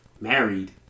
married